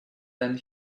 than